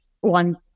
One